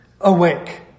awake